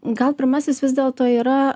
gal pirmasis vis dėlto yra